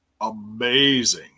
Amazing